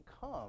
come